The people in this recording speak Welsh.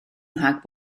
rhag